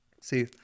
See